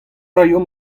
raio